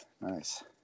Nice